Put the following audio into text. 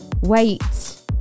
wait